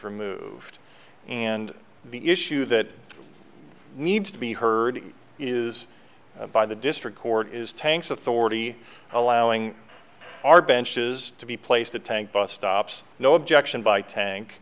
removed and the issue that needs to be heard is by the district court is tanks authority allowing our benches to be placed the tank bus stops no objection by